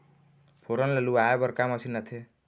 फोरन ला लुआय बर का मशीन आथे?